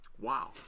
Wow